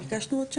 ביקשנו עוד שנה.